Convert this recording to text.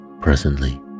presently